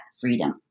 freedom